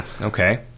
okay